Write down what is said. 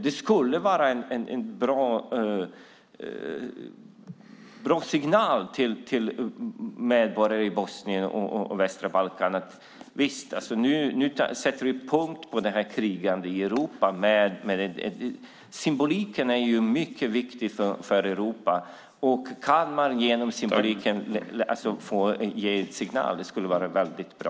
Det skulle vara en signal till medborgarna i Bosnien och västra Balkan att vi nu sätter punkt för krigandet i Europa. Symboliken är mycket viktig, och om man på så sätt kunde ge signaler vore det väldigt bra.